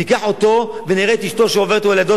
ניקח אותו ונראה את אשתו שעוברת או הילדות